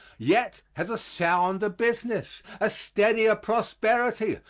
yet has a sounder business, a steadier prosperity,